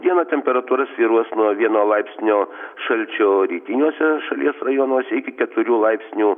dieną temperatūra svyruos nuo vieno laipsnio šalčio rytiniuose šalies rajonuose iki keturių laipsnių